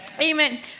Amen